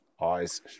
eyes